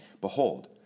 Behold